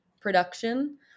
production